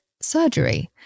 surgery